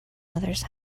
others